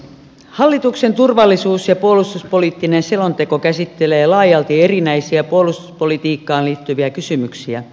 hallituksen turvallisuus ja puolustuspoliittinen selonteko käsittelee laajalti erinäisiä puolustuspolitiikkaan liittyviä kysymyksiä